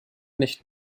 nicht